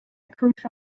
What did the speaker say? crucial